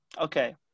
Okay